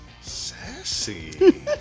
Sassy